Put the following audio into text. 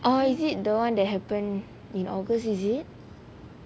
orh is it the [one] that happen in august is it